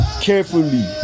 carefully